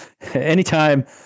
anytime